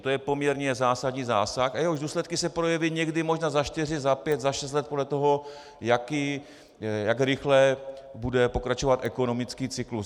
To je poměrně zásadní zásah, jehož důsledky se projeví někdy možná za čtyři, za pět, za šest let, podle toho, jak rychle bude pokračovat ekonomický cyklus.